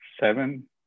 seven